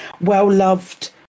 well-loved